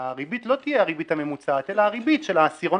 שהריבית לא תהיה הריבית הממוצעת אלא הריבית של העשירון,